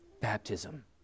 baptism